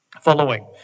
Following